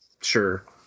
Sure